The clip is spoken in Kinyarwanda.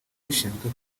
rishinzwe